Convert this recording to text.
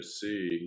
see